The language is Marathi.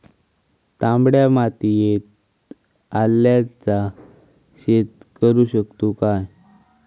तामड्या मातयेत आल्याचा शेत करु शकतू काय?